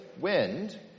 wind